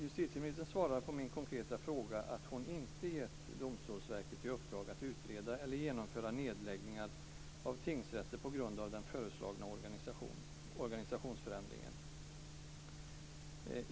Justitieministern svarar på min konkreta fråga att hon inte gett Domstolsverket i uppdrag att utreda eller genomföra nedläggningar av tingsrätter på grund av den föreslagna organisationsförändringen.